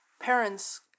Parents